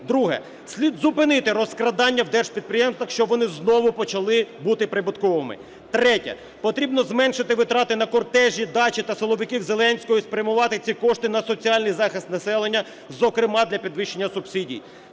Друге. Слід зупинити розкрадання в держпідприємствах, щоб вони знову почали бути прибутковими. Третє. Потрібно зменшити витрати на кортежі, дачі та силовиків Зеленського і спрямувати ці кошти на соціальний захист населення, зокрема для підвищення субсидій.